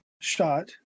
shot